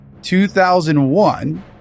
2001